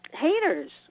haters